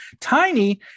Tiny